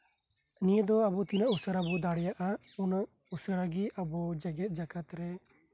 ᱱᱤᱭᱟᱹ ᱫᱚ ᱟᱵᱚ ᱛᱤᱱᱟᱹᱜ ᱩᱥᱟᱹᱨᱟ ᱵᱚ ᱫᱟᱲᱮᱭᱟᱜᱼᱟ ᱩᱱᱟᱹᱜ ᱩᱥᱟᱹᱨᱟ ᱜᱮ ᱟᱵᱚ ᱡᱮᱜᱮᱫ ᱡᱟᱠᱟᱛ ᱨᱮ